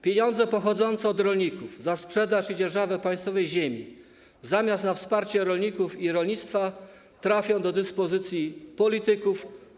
Pieniądze pochodzące od rolników, pieniądze za sprzedaż i dzierżawę państwowej ziemi zamiast na wsparcie rolników i rolnictwa trafią do dyspozycji polityków.